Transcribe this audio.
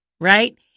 right